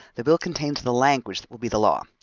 the bill contains the language that will be the law.